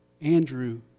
Andrew